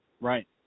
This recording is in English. Right